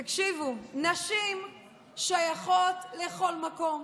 תקשיבו, נשים שייכות לכל מקום,